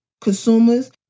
consumers